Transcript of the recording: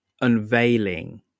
unveiling